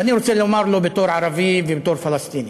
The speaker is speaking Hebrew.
ואני רוצה לומר לו, בתור ערבי ובתור פלסטיני: